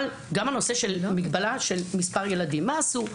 הנושא של מגבלה על מספר ילדים מה עשו?